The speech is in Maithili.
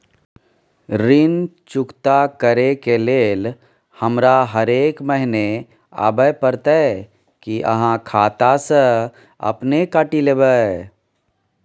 ऋण चुकता करै के लेल हमरा हरेक महीने आबै परतै कि आहाँ खाता स अपने काटि लेबै?